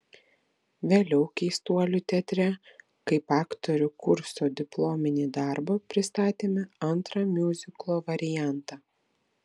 vėliau keistuolių teatre kaip aktorių kurso diplominį darbą pristatėme antrą miuziklo variantą